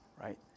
right